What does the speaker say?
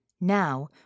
Now